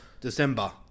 December